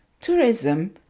tourism